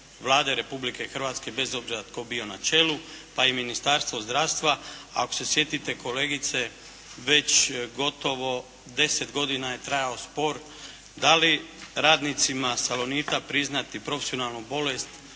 vlade Republike Hrvatske bez obzira tko bio na čelu pa i Ministarstvo zdravstva. Ako se sjetite kolegice već gotovo 10 godina je trajao spor da li radnicima Salonita priznati profesionalnu bolest